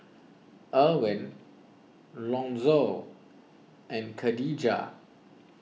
Erwin Lonzo and Kadijah